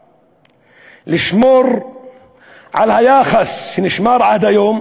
לשמור על היחס שנשמר עד היום